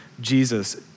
Jesus